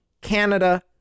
Canada